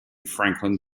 franklin